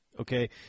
okay